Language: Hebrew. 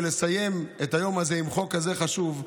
לסיים את היום הזה עם חוק כזה חשוב,